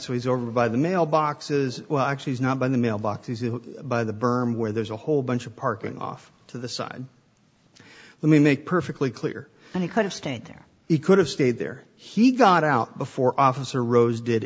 so he's over by the mailboxes well actually is not by the mailbox by the berm where there's a whole bunch of parking off to the side let me make perfectly clear that he could have stayed there he could have stayed there he got out before officer rose did